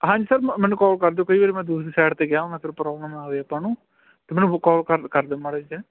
ਹਾਂਜੀ ਸਰ ਮ ਮੈਨੂੰ ਕੋਲ ਕਰ ਦਿਓ ਕਈ ਵਾਰੀ ਮੈਂ ਦੂਸਰੀ ਸਾਈਡ 'ਤੇ ਗਿਆ ਹੋਵਾਂ ਫਿਰ ਪ੍ਰੋਬਲਮ ਨਾ ਆਵੇ ਆਪਾਂ ਨੂੰ ਤੇ ਮੈਨੂੰ ਕੋਲ ਕਰ ਕਰ ਦਿਓ ਮਾੜਾ ਜਿਹਾ